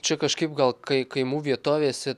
čia kažkaip gal kai kaimų vietovėse